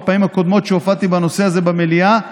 בפעמים הקודמות שהופעתי בנושא הזה במליאה,